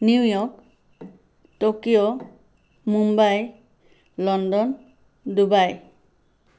New York Tokyo Mumbai London Dubai